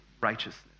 righteousness